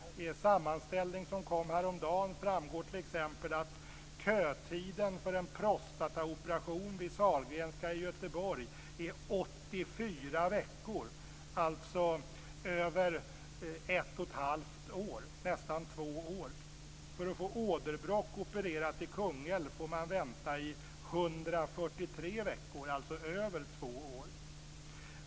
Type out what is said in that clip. Av en sammanställning som kom häromdagen framgår t.ex. att kötiden för en prostataoperation vid Sahlgrenska Sjukhuset i Göteborg är 84 veckor - alltså mer än ett och ett halvt år, nästan två år. För att få åderbråck opererat i Kungälv får man vänta i 143 veckor, alltså mer än två år.